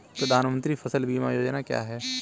प्रधानमंत्री फसल बीमा योजना क्या है?